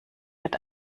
wird